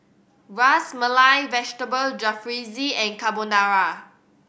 Ras Malai Vegetable Jalfrezi and Carbonara